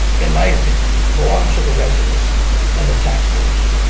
in my opinion, belongs to the residents and the taxpayers.